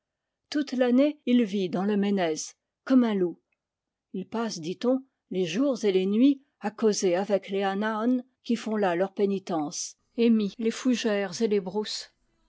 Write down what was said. toute l'année il vit clans le menez comme un loup il passe dit-on les jours et les nuits à causer avec les anaôn qui font là leur pénitence emmi les fougères et les brousses